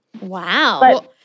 Wow